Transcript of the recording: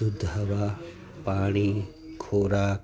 શુદ્ધ હવા પાણી ખોરાક